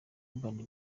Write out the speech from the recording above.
urban